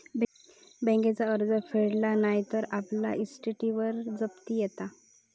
बँकेचा कर्ज फेडला नाय तर आपल्या इस्टेटीवर जप्ती येता